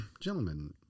gentlemen